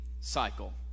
Cycle